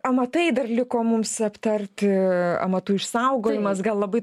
amatai dar liko mums aptarti amatų išsaugojimas gal labai